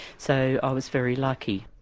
so i was very lucky.